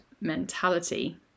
mentality